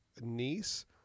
niece